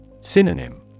Synonym